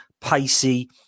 pacey